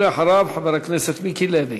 אחריו, חבר הכנסת מיקי לוי.